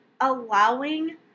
allowing